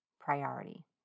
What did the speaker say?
priority